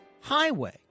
highway